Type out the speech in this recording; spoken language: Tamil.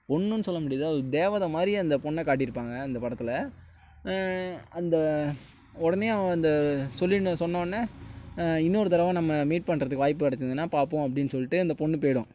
பொண்ணுன்னு சொல்ல முடியாது அது தேவதை மாதிரி அந்த பொண்ணை காட்டியிருப்பாங்க அந்த படத்தில் அந்த உடனே அவள் அந்த சொல்லிடுனு சொன்னோன இன்னொரு தடவை நம்ம மீட் பண்ணுறதுக்கு வாய்ப்பு கெடைச்சுதுன்னா பார்ப்போம் அப்படின்னு சொல்லிவிட்டு அந்த பொண்ணு போய்விடும்